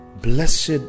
Blessed